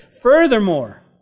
Furthermore